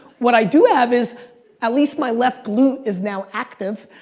what i do have, is at least my left glute is now active.